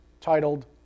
titled